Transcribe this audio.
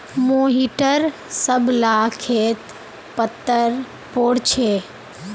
मोहिटर सब ला खेत पत्तर पोर छे